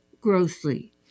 Grossly